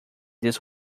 this